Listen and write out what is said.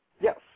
Yes